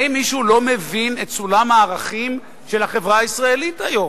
האם מישהו לא מבין את סולם הערכים של החברה הישראלית היום?